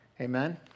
Amen